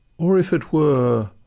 or, if it were,